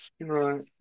right